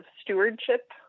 stewardship